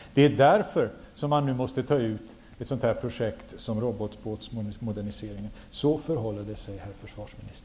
Det är därför som man nu måste ta bort ett sådant projekt som robotbåtsmoderniseringen. Så förhåller det sig, herr försvarsminister.